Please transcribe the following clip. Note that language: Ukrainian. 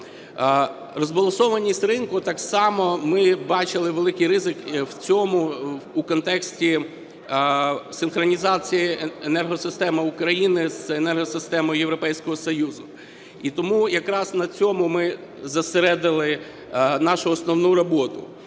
Розбалансованість ринку, так само ми бачили великі ризики в цьому у контексті синхронізації енергосистеми України з енергосистемою Європейського Союзу. І тому якраз на цьому ми зосередили нашу основну роботу.